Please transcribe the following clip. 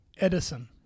Edison